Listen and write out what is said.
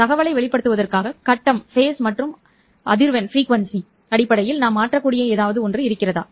தகவலை வெளிப்படுத்துவதற்காக கட்டம் மற்றும் அதிர்வெண் அடிப்படையில் நாம் மாற்றக்கூடிய ஏதாவது இருக்கிறதா